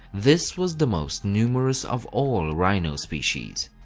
this was the most numerous of all rhino species.